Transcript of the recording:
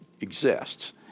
exists